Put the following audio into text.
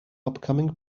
upcoming